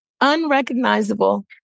unrecognizable